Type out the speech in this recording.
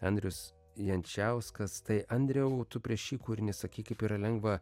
andrius jančiauskas tai andriau tu prieš šį kūrinį sakei kaip yra lengva